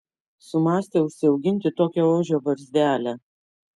sumąstė užsiauginti tokią ožio barzdelę